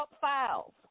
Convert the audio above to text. files